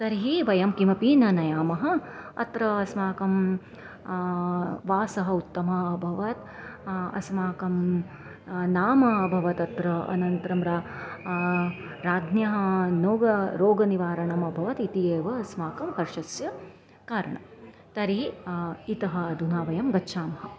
तर्हि वयं किमपि न नयामः अत्र अस्माकं वासः उत्तमः अभवत् अस्माकं नाम अभवत् अत्र अनन्तरं रा राज्ञः नोगा रोगनिवारणमभवत् इति एव अस्माकं हर्षस्य कारणं तर्हि इतः अधुना वयं गच्छामः